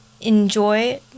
enjoy